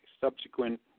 subsequent